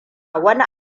wani